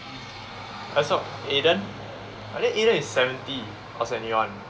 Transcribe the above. let's hope aidan I think aidan is seventy or seventy one